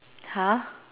!huh!